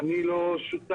אני לא שותף